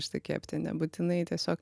išsikepti nebūtinai tiesiog